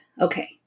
Okay